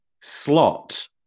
slot